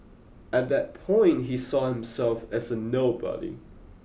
at that point he saw himself as a nobody